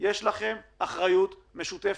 יש לכם אחריות משותפת,